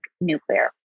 nuclear